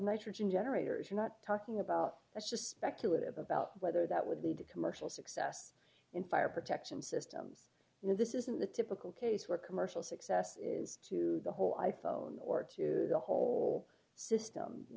nitrogen generators you're not talking about that's just speculative about whether that would lead to commercial success in fire protection systems and this isn't the typical case where commercial success is to the whole i phone or to the whole system you